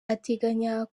ateganya